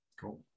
Cool